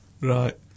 right